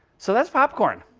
so that's popcorn.